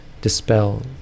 dispel